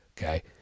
Okay